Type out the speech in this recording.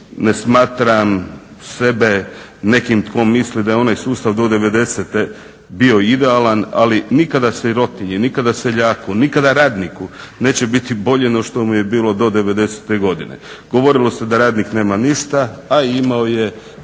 ne smatram sebe nekim tko misli da je onaj sustav do devedesete bio idealan ali nikada sirotinji, nikada seljaku, nikada radniku neće biti bolje no što mu je bilo do devedesete godine. Govorilo se da radnik nema ništa a imao je